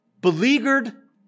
beleaguered